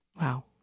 Wow